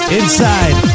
inside